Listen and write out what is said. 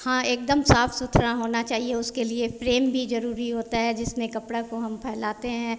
हाँ एक दम साफ सुथरा होना चाहिए उसके लिए प्रेम भी ज़रूरी होता है जिसमें कपड़ा को हम फैलाते हैं